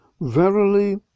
verily